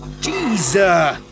Jesus